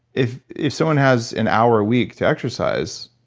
if if someone has an hour a week to exercise,